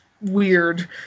weird